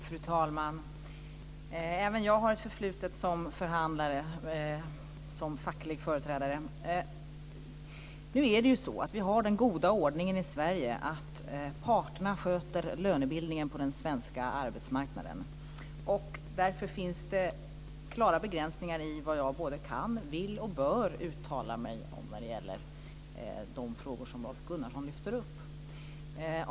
Fru talman! Även jag har ett förflutet som facklig företrädare. Vi har den goda ordningen i Sverige att parterna sköter lönebildningen på den svenska arbetsmarknaden, och därför finns det klara begränsningar i vad jag både kan, vill och bör uttala mig om när det gäller de frågor som Rolf Gunnarsson lyfter upp.